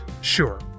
sure